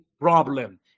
problem